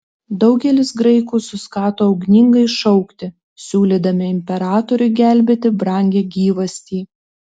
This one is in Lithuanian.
daugelis graikų suskato ugningai šaukti siūlydami imperatoriui gelbėti brangią gyvastį